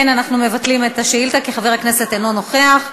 מבטלים את השאילתה, כי חבר הכנסת אינו נוכח.